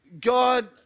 God